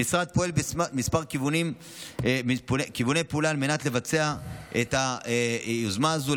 המשרד פועל בכמה כיווני פעולה על מנת לבצע את היוזמה הזו.